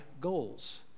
goals